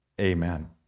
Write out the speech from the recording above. Amen